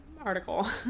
Article